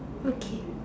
okay